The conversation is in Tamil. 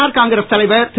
ஆர் காங்கிரஸ் தலைவர் திரு